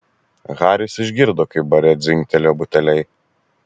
haris išgirdo kaip bare dzingtelėjo buteliai